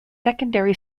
secondary